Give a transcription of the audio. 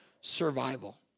survival